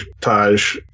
Taj